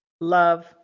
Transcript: love